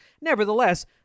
Nevertheless